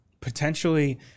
potentially